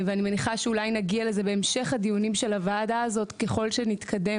ואני מניחה שאולי נגיע לזה בהמשך הדיונים של הוועדה הזאת ככל שנתקדם